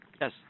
Yes